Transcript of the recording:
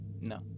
No